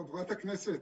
חברת הכנסת,